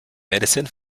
medicine